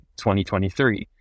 2023